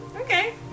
Okay